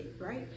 right